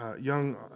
young